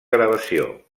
gravació